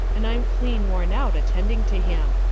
and i'm clean worn out attending to him.